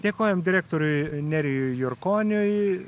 dėkojam direktoriui nerijui jurkoniui